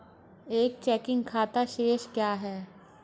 एक चेकिंग खाता शेष क्या है?